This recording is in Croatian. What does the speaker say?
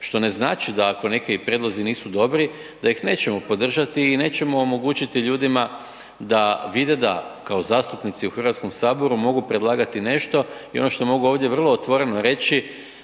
Što ne znači da ako neki prijedlozi nisu dobri da ih nećemo podržati i nećemo omogućiti ljudima da vide da kao zastupnici u Hrvatskom saboru mogu predlagati nešto i ono što mogu ovdje vrlo otvoreno reći